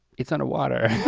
it's under water.